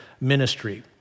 ministry